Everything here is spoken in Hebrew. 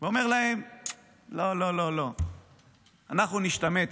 והוא אומר להם: לא, לא, לא, לא, אנחנו נשתמט.